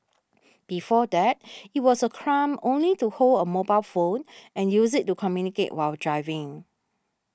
before that it was a crime only to hold a mobile phone and use it to communicate while driving